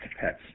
pets